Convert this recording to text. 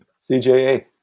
CJA